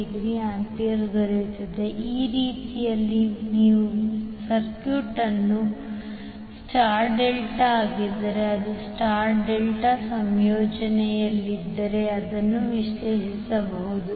43°A ಈ ರೀತಿಯಲ್ಲಿ ನೀವು ಸರ್ಕ್ಯೂಟ್ ಅನ್ನು ಸ್ಟಾರ್ ಡೆಲ್ಟಾ ಆಗಿದ್ದರೆ ಅದು ಸ್ಟಾರ್ ಡೆಲ್ಟಾ ಸಂಯೋಜನೆಯಲ್ಲಿದ್ದರೆ ಅದನ್ನು ವಿಶ್ಲೇಷಿಸಬಹುದು